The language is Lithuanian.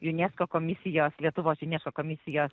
unesco komisijos lietuvos unesco komisijos